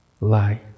light